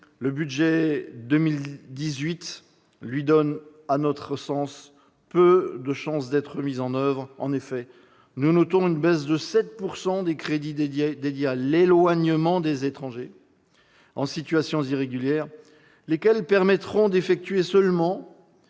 le budget pour 2018 lui donne à notre sens peu de chances d'être effectivement mise en oeuvre. Nous notons une baisse de 7 % des crédits dédiés à l'éloignement des étrangers en situation irrégulière, lesquels permettront d'effectuer seulement